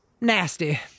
nasty